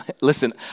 listen